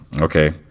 okay